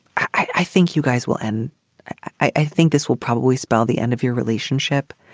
i think you guys will. and i think this will probably spell the end of your relationship.